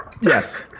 Yes